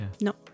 No